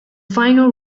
final